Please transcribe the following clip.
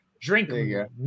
Drink